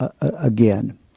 again